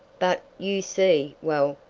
but, you see well,